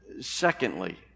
Secondly